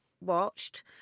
watched